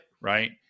Right